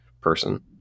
person